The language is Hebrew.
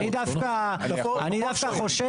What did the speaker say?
אני דווקא חושב